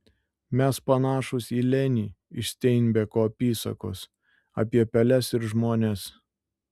mes panašūs į lenį iš steinbeko apysakos apie peles ir žmones